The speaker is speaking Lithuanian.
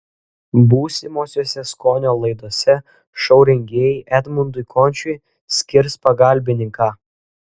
būsimosiose skonio laidose šou rengėjai edmundui končiui skirs pagalbininką